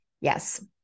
yes